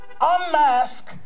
unmask